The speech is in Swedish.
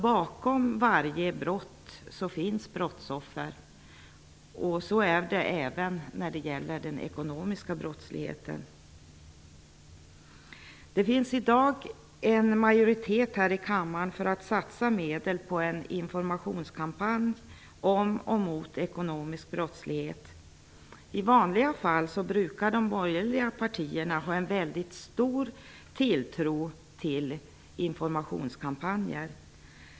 Bakom varje brott finns brottsoffer. Så är det även när det gäller den ekonomiska brottsligheten. Det finns i dag en majoritet här i kammaren för att satsa medel på en informationskampanj om och mot ekonomisk brottslighet. I vanliga fall brukar de borgerliga partierna ha en väldigt stor tilltro till informationskampanjer.